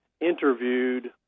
interviewed